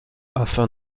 afin